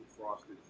Frosted